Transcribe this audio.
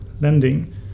lending